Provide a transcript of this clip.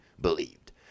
believed